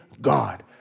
God